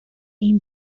این